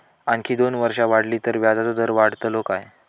आणखी दोन वर्षा वाढली तर व्याजाचो दर वाढतलो काय?